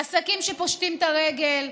עסקים שפושטים את הרגל,